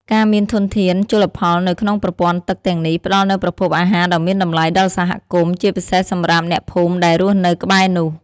ការមានធនធានជលផលនៅក្នុងប្រព័ន្ធទឹកទាំងនេះ ផ្តល់នូវប្រភពអាហារដ៏មានតម្លៃដល់សហគមន៍ ជាពិសេសសម្រាប់អ្នកភូមិដែលរស់នៅក្បែរនោះ។